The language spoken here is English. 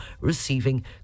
receiving